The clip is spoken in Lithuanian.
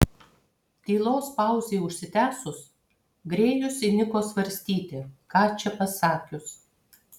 tylos pauzei užsitęsus grėjus įniko svarstyti ką čia pasakius